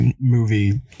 movie